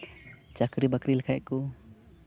ᱪᱟᱹᱠᱨᱤ ᱵᱟᱹᱠᱨᱤ ᱞᱮᱠᱷᱟᱡ ᱠᱚ